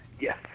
yes